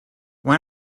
why